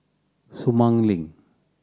Sumang Link